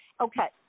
Okay